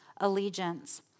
allegiance